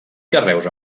carreus